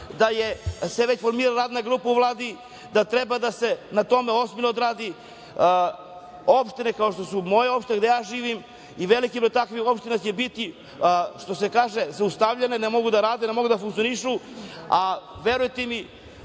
da se već formira radna grupa u Vladi, da treba da se na tome ozbiljno radi. Opštine kao što je moja opština gde ja živim i veliki broj takvih opština će biti, što se kaže, zaustavljene, ne mogu da rade, ne mogu da funkcionišu, a verujte mi